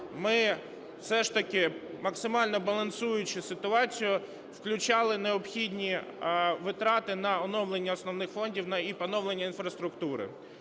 ми все ж таки, максимально балансуючи ситуацію, включали необхідні витрати на оновлення основних фондів і поновлення інфраструктури.